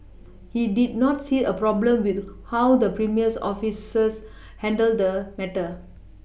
he did not see a problem with how the premier's officers handled the matter